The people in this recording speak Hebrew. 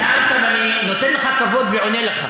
שאלת, ואני נותן לך כבוד ואני עונה לך.